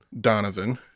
donovan